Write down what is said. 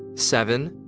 seven,